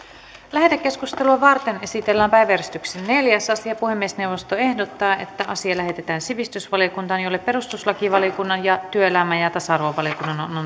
lähetekeskustelua varten esitellään päiväjärjestyksen neljäs asia puhemiesneuvosto ehdottaa että asia lähetetään sivistysvaliokuntaan jolle perustuslakivaliokunnan ja työelämä ja ja tasa arvovaliokunnan on